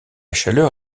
chaleur